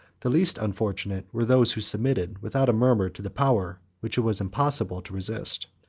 the least unfortunate were those who submitted without a murmur to the power which it was impossible to resist.